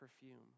perfume